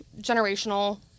generational